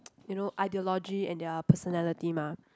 you know idealogy and their personality mah